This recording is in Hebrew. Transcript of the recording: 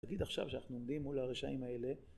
תגיד עכשיו שאנחנו עומדים מול הרשעים האלה